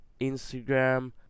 Instagram